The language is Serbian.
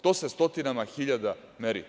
To se stotinama hiljada meri.